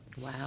Wow